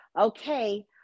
okay